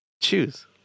Choose